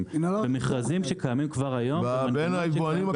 במכרזים שקיימים כבר היום --- בין היבואנים הקיימים.